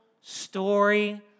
story